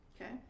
Okay